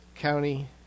County